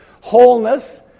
wholeness